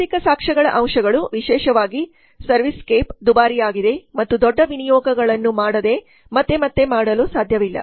ಭೌತಿಕ ಸಾಕ್ಷ್ಯಗಳ ಅಂಶಗಳು ವಿಶೇಷವಾಗಿ ಸರ್ವಿಸ್ ಸ್ಕೇಪ್ ದುಬಾರಿಯಾಗಿದೆ ಮತ್ತು ದೊಡ್ಡ ವಿನಿಯೋಗಗಳನ್ನು ಮಾಡದೆ ಮತ್ತೆ ಮತ್ತೆ ಮಾಡಲು ಸಾಧ್ಯವಿಲ್ಲ